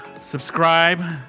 subscribe